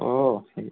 ഓ ശരി